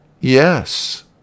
Yes